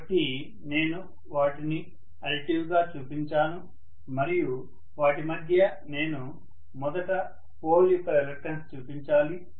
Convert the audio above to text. కాబట్టి నేను వాటిని అడిటివ్ గా చూపించాను మరియు వాటి మధ్య నేను మొదట పోల్ యొక్క రిలక్టన్స్ చూపించాలి